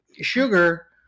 sugar